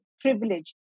privilege